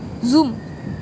zoom